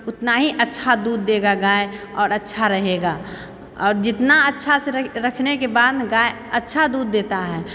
उतना ही अच्छा दूध देगा गाय और अच्छा रहेगा और जितना अच्छा से रखने के बाद गाय अच्छा दूध देता है